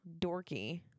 dorky